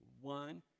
One